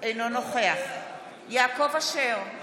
אינו נוכח יעקב אשר,